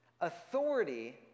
Authority